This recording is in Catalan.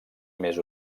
més